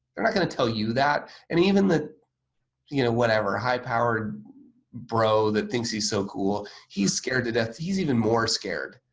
they're not going to tell you that and even you know whatever high-powered bro that thinks he's so cool, he's scared to death. he's even more scared.